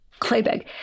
claybag